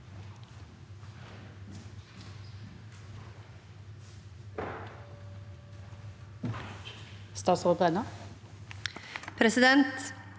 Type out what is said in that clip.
Presidenten